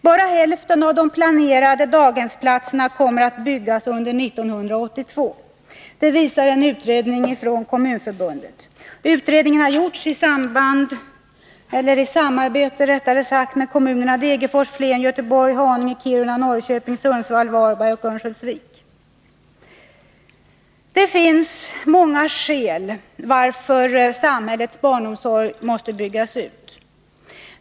Bara hälften av de planerade daghemsplatserna kommer att byggas under 1982. Det visar en utredning från Kommunförbundet. Utredningen har gjorts i samarbete med kommunerna Degerfors, Flen, Göteborg, Haninge, Kiruna, Norrköping, Sundsvall, Varberg och Örnsköldsvik. Det finns många skäl till att samhällets barnomsorg måste byggas ut.